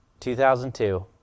2002